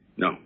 No